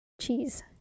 cheese